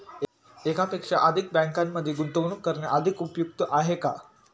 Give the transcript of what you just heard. एकापेक्षा अधिक बँकांमध्ये गुंतवणूक करणे अधिक उपयुक्त आहे का?